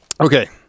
Okay